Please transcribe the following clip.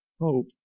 hope